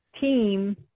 team